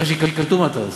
אחרי שייקלטו, מה תעשה?